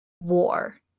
war